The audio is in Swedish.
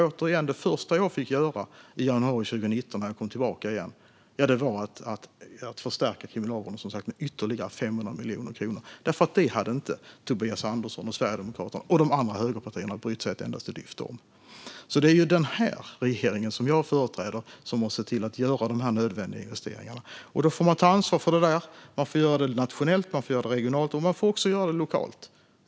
Återigen: Det första jag fick göra i januari 2019 när jag kom tillbaka igen var att förstärka Kriminalvården med ytterligare 500 miljoner kronor eftersom Tobias Andersson och Sverigedemokraterna samt de andra högerpartierna inte hade brytt sig ett dyft om det. Det är den regering som jag företräder som har sett till att göra de nödvändiga investeringarna. Då får man ta ansvar för det. Man får göra det nationellt, regionalt och också lokalt.